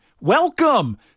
welcome